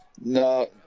No